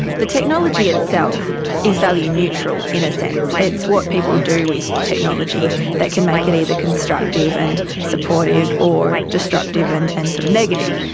the technology itself is value neutral, in a sense, it's what people do with technology that can make it either constructive and supportive or destructive destructive and and sort of negative.